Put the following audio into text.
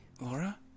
Laura